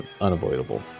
unavoidable